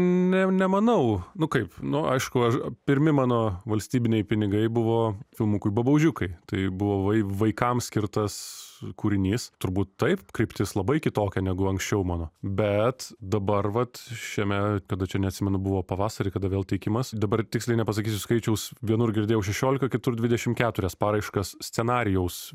ne nemanau nu kaip nu aišku aš pirmi mano valstybiniai pinigai buvo filmukui babaužiukai tai buvo vai vaikams skirtas kūrinys turbūt taip kryptis labai kitokia negu anksčiau mano bet dabar vat šiame kada čia neatsimenu buvo pavasarį kada vėl teikimas dabar tiksliai nepasakysiu skaičiaus vienur girdėjau šeliolika kitur dvidešim keturias paraiškas scenarijaus